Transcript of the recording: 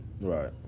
Right